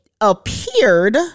appeared